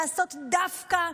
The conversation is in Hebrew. לעשות דווקא,